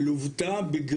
קתרין בן צבי.